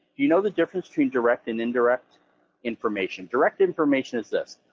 you know the difference between direct and indirect information? direct information is this,